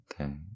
okay